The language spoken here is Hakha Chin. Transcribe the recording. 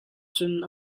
cun